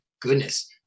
goodness